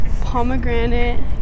pomegranate